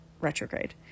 retrograde